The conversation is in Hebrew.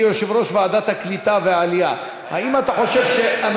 כיושב-ראש ועדת הקליטה והעלייה: האם אתה חושב שעדיף